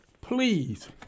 please